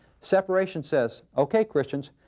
separation says okay, christians,